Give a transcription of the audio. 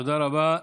תודה רבה.